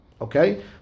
okay